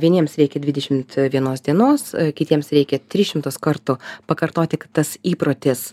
vieniems reikia dvidešimt vienos dienos kitiems reikia tris šimtus kartų pakartoti tik tas įprotis